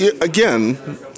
again